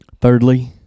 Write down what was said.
Thirdly